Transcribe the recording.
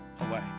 away